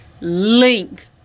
link